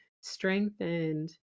strengthened